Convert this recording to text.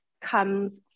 Comes